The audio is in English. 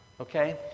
Okay